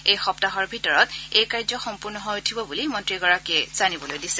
এই সপ্তাহৰ ভিতৰত এই কাৰ্য সম্পূৰ্ণ হৈ উঠিব বুলি মন্ত্ৰীগৰাকীয়ে জানিবলৈ দিছে